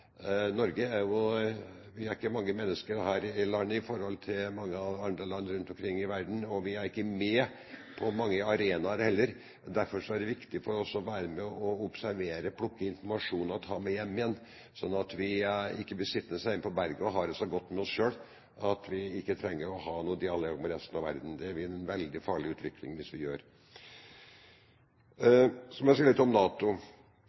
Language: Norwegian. Vi er ikke mange mennesker her i landet i forhold til i mange andre land rundt omkring i verden, og vi er ikke med på mange arenaer, heller. Derfor er det viktig for oss å være med og observere, plukke opp informasjon og ta med hjem igjen, slik at vi ikke blir sittende hjemme på berget og har det så godt med oss selv at vi ikke trenger å ha noen dialog med resten av verden. Det vil være en veldig farlig utvikling. Så må jeg si litt om NATO.